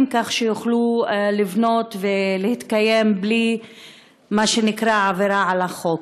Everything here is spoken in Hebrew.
כך שיוכלו לבנות ולהתקיים בלי מה שנקרא עבירה על החוק.